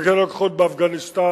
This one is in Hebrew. פיקד על הכוחות באפגניסטן,